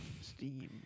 Steam